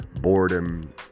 boredom